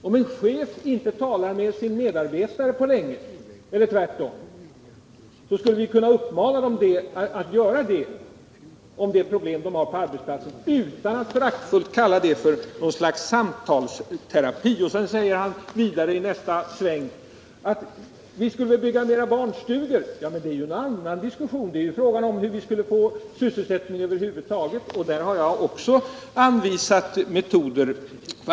Om en chef inte talar med sin medarbetare på länge eller tvärtom, så bör vi kunna uppmana dem att ta upp en diskussion om de problem som finns på arbetsplatsen utan att föraktfullt behöva kalla det för samtalsterapi. Jörn Svensson säger vidare att vi skulle kunna bygga fler barnistugor. Men det är ju en annan diskussion. Det är fråga om hur vi över huvud taget skall skapa sysselsättning, och det har jag ånvisat metoder för.